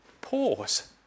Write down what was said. Pause